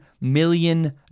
million